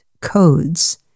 codes